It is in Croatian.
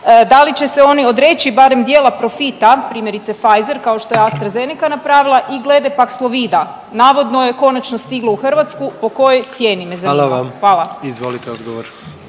Da li će se oni odreći barem dijela profita primjerice Pfizer kao što je AstraZeneca napravila i glede Paxlovida. Navodno je konačno stiglo u Hrvatsku po kojoj cijeni me zanima. …/Upadica: Hvala vam./…